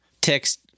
text